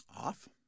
Off